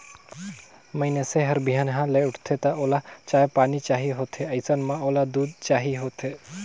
मइनसे हर बिहनहा ले उठथे त ओला चाय पानी चाही होथे अइसन म ओला दूद चाही होथे